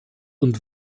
und